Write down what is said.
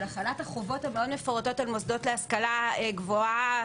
החלת החובות המפורטות מאוד על מוסדות השכלה גבוהה